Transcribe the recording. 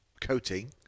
coating